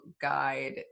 guide